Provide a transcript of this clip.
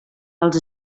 els